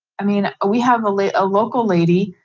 i mean, we have a like local lady,